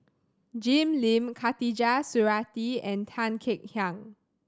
Jim Lim Khatijah Surattee and Tan Kek Hiang